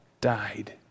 died